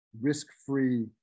risk-free